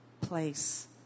place